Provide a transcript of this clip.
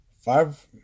Five